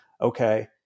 okay